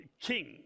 King